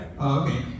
Okay